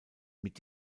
mit